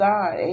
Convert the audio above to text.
God